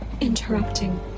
interrupting